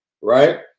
right